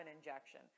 injection